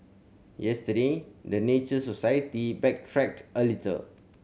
yesterday the Nature Society backtracked a little